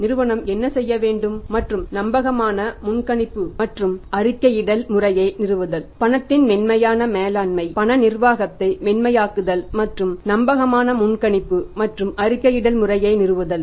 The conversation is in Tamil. நிறுவனம் என்ன செய்ய வேண்டும் மற்றும் நம்பகமான முன்கணிப்பு மற்றும் அறிக்கையிடல் முறையை நிறுவுதல் பணத்தின் மென்மையான மேலாண்மை பண நிர்வாகத்தை மென்மையாக்குதல் மற்றும் நம்பகமான முன்கணிப்பு மற்றும் அறிக்கையிடல் முறையை நிறுவுதல்